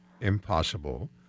impossible